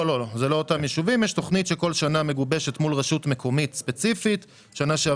אני מעביר את רשות הדיבור לנציגי